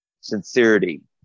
sincerity